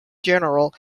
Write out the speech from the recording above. general